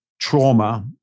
trauma